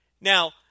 Now